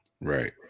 right